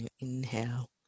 Inhale